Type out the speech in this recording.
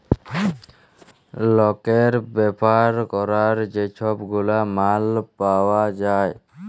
লকের ব্যাভার ক্যরার যে ছব গুলা মাল পাউয়া যায়